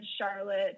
Charlotte